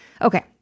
Okay